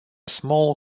small